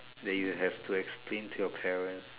that you have to explain to your parents